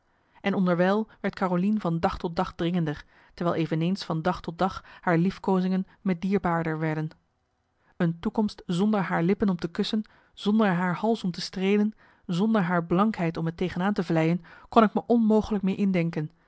en onderwijl werd carolien van dag tot dag dringender terwijl eveneens van dag tot dag haar liefkoozingen me dierbaarder werden een toekomst zonder haar lippen om te kussen zonder haar hals om te streelen zonder haar blankheid om me tegen aan te vlijen kon ik me onmogelijk meer indenken